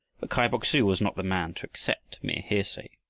kai bok-su was not the man to accept mere hearsay.